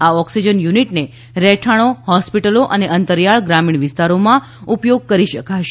આ ઓકસીજન યુનીટને રહેઠાણો હોસ્પિટલો અને અંતરીયાળ ગ્રામીણ વિસ્તારોમાં ઉપયોગ કરી શકાશે